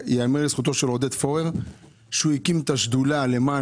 וייאמר לזכותו של עודד פורר שהוא הקים אז את השדולה למען